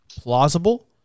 plausible